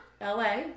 LA